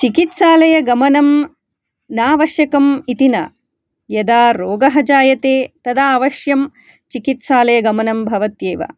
चिकित्सालयगमनं नावश्यकम् इति न यदा रोगः जायते तदा अवश्यं चिकित्सालयगमनं भवत्येव